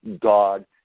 God